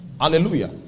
hallelujah